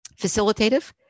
Facilitative